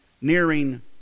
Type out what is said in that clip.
nearing